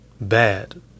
bad